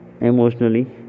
emotionally